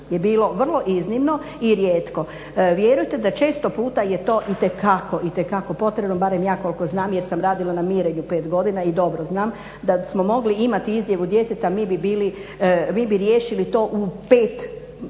je bilo iznimno i rijetko. Vjerujte da često puta je to itekako potrebno, barem ja koliko znam jer sam radila na mirenju 5 godina i dobro znam da smo mogli imati izjavu djeteta mi bi riješili to u 5 minuta.